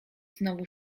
znowu